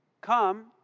Come